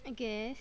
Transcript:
I guess